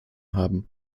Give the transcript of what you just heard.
haben